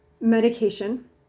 medication